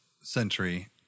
century